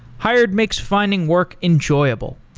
hired makes finding work enjoyable.